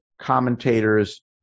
commentators